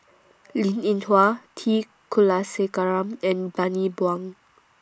Linn in Hua T Kulasekaram and Bani Buang